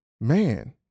man